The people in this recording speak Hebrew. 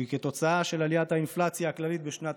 שהיא תוצאה של עליית האינפלציה הכללית בשנת